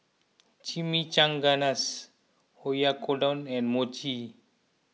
Chimichangas Oyakodon and Mochi